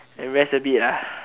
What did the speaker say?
and rest a bit ah